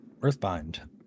Earthbind